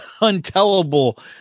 untellable